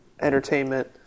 entertainment